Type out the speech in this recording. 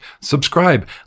subscribe